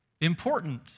important